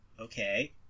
okay